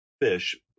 fish